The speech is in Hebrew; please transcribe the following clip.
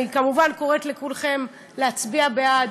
אני כמובן קוראת לכולכם להצביע בעד.